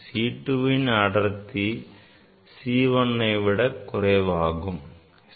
C2 வின் அடர்த்தி C 1ஐ விடக் குறைவாகும்